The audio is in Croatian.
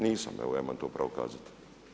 Nisam, evo ja imam to pravo kazati.